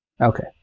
Okay